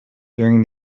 during